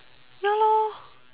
ya lor